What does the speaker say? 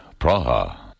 Praha